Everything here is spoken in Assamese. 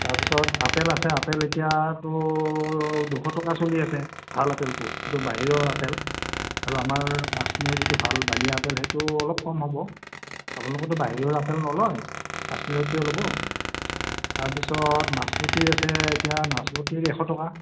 তাৰপিছত আপেল আছে আপেল এতিয়াতো দুশ টকা চলি আছে ভাল আপেলটো এইটো বাহিৰৰ আপেল আৰু আমাৰ কাশ্মীৰৰ যিটো ভাল বালিয়া আপেল সেইটো অলপ কম হ'ব আপোনালোকেতো বাহিৰৰ আপেল নলয় কাশ্মীৰৰটোৱে ল'ব তাৰপিছত নাচপতি আছে এতিয়া নাচপতি এশ টকা